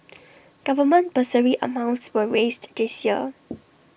government bursary amounts were raised this year